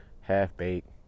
half-baked